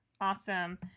Awesome